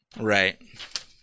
Right